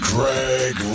Greg